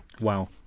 Wow